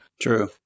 true